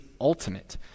ultimate